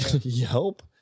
Yelp